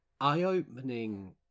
eye-opening